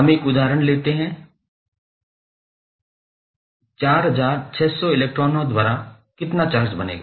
हम एक उदाहरण लेते हैं 4600 इलेक्ट्रॉनों द्वारा कितना चार्ज बनेगा